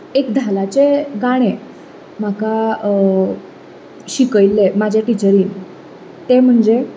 एक धालाचें गाणें म्हाका शिकयल्लें म्हाज्या टिचेरीन तें म्हणजें